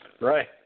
Right